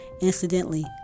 Incidentally